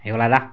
ହେଇଗଲା